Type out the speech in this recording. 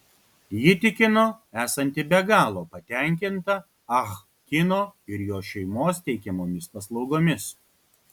ji tikino esanti be galo patenkinta ah kino ir jo šeimos teikiamomis paslaugomis